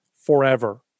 forever